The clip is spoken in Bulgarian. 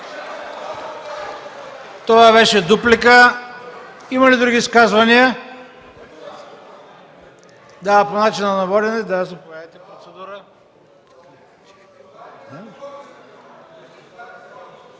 Това беше дуплика. Има ли други изказвания? Да, по начина на водене. Заповядайте, за процедура.